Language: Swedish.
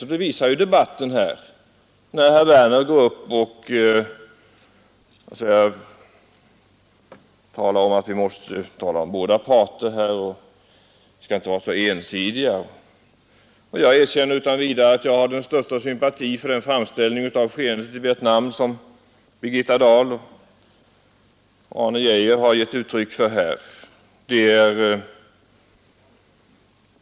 Och det visar debatten här, exempelvis när herr Werner i Malmö säger att vi måste tala om båda parter och inte skall vara så ensidiga. Jag erkänner utan vidare att jag har den största sympatin för den framställning av skeendet i Vietnam som Birgitta Dahl och Arne Geijer har gett uttryck för.